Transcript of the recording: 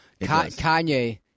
Kanye